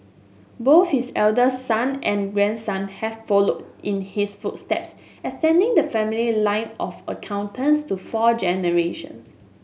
both his eldest son and grandson have followed in his footsteps extending the family line of accountants to four generation